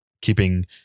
keeping